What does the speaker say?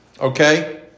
Okay